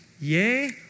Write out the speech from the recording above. yay